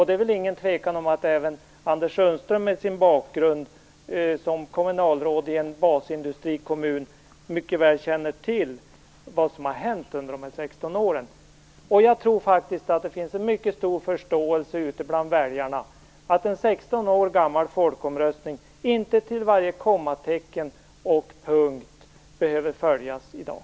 Det är väl ingen tvekan om att Anders Sundström med sin bakgrund som kommunalråd i en basindustrikommun mycket väl känner till vad som har hänt under de 16 åren. Jag tror att det finns en mycket stor förståelse bland väljarna för att en 16 år gammal folkomröstning inte till varje kommatecken och punkt behöver följas i dag.